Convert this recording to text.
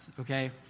okay